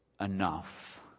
enough